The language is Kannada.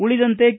ಉಳಿದಂತೆ ಕೆ